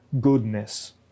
goodness